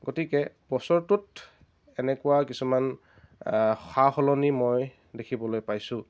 গতিকে বছৰটোত এনেকুৱা কিছুমান সালসলনি মই দেখিবলৈ পাইছোঁ